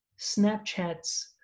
Snapchat's